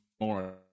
more